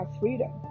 freedom